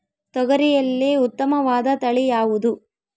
ತೊಗರಿಯಲ್ಲಿ ಉತ್ತಮವಾದ ತಳಿ ಯಾವುದು?